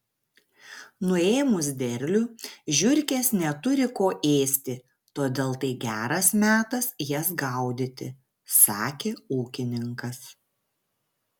nuėmus derlių žiurkės neturi ko ėsti todėl tai geras metas jas gaudyti sakė ūkininkas